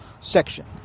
section